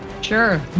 Sure